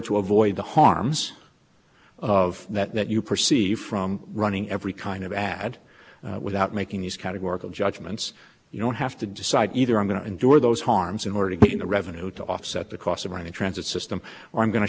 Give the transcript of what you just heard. to avoid the harms of that that you perceive from running every kind of ad without making these categorical judgments you don't have to decide either i'm going to endure those harms in order to gain the revenue to offset the cost of running transit system or i'm going to